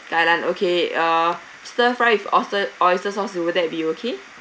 kai lan okay uh stir fried with oyster oyster sauce would that be okay